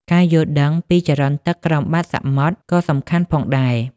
ការយល់ដឹងពីចរន្តទឹកក្រោមបាតសមុទ្រក៏សំខាន់ផងដែរ។